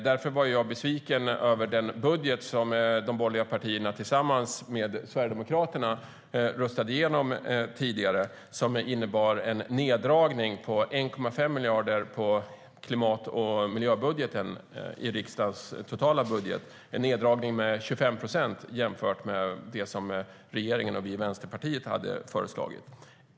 Därför var jag besviken över den budget som de borgerliga partierna tillsammans med Sverigedemokraterna röstade igenom tidigare, som innebar en neddragning på 1,5 miljarder på klimat och miljöbudgeten i riksdagens totala budget, en neddragning med 25 procent jämfört med det som regeringen och vi i Vänsterpartiet hade föreslagit.